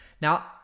Now